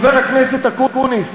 חבר הכנסת אקוניס,